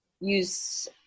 use